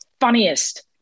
Funniest